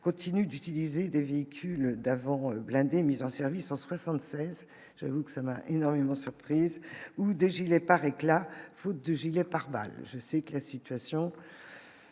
continuent d'utiliser des véhicules d'avant, rôle blindés mise en service en 76, vu que ça m'a énormément surprise ou des gilets pare-éclats faute de gilets pare-balles, je sais que la situation,